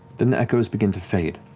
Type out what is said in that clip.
then echoes begin to fade.